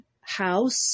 house